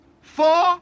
Four